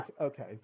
okay